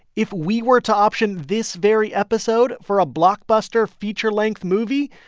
if we were to option this very episode for a blockbuster feature-length movie,